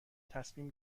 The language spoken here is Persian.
تصمیم